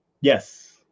Yes